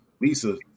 Lisa